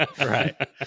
Right